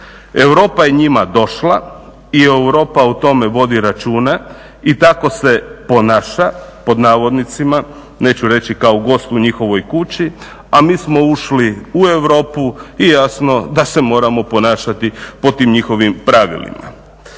Europa je njima došla i Europa o tome vodi računa i tako se ponaša pod navodnicima. Neću reći kao gost u njihovoj kući, a mi smo ušli u Europu i jasno da se moramo ponašati po tim njihovim pravilima.